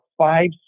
five